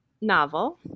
novel